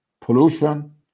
pollution